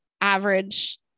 average